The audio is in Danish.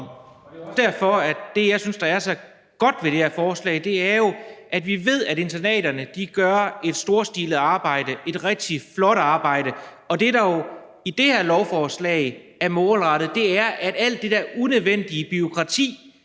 Det er også derfor, at jeg synes, det her lovforslag er så godt. Vi ved jo, at internaterne gør et storstilet arbejde, et rigtig flot arbejde. Og det her lovforslag er målrettet, at alt det der unødvendige bureaukrati